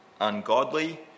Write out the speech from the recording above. ungodly